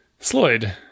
Sloyd